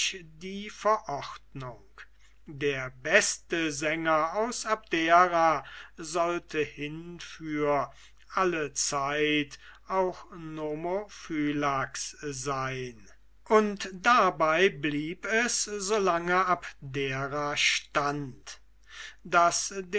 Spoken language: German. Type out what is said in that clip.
die verordnung der beste sänger aus abdera sollte hinfür allezeit auch nomophylax sein und dabei blieb es so lang abdera stund daß